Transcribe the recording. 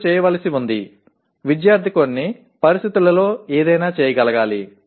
మీరు చేయవలసి ఉంది విద్యార్థి కొన్ని పరిస్థితులలో ఏదైనా చేయగలగాలి